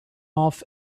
off